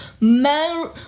man